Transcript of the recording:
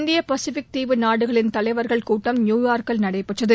இந்திய பசிபிக் தீவு நாடுகளின் தலைவர்கள் கூட்டம் நியூயார்க்கில் நடைபெற்றது